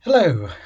Hello